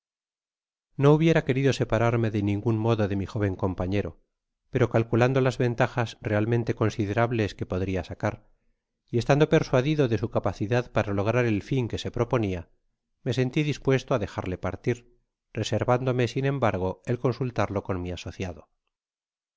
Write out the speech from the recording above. no hubiera querido separarme de ningun modo de mi joven compañero pero calculando las ventajas realmente considrables que podria sacar y estando persuadido de su capacidad para lograr el fia que se proponia me seuii dispuesto á dejarle partir reservándome sin embargo el consultarlo con mi asociado